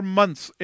months